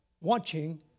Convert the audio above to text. watching